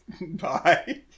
bye